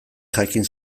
jakin